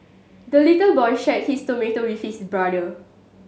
the little boy shared his tomato with his brother